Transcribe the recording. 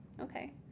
Okay